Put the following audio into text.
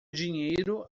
dinheiro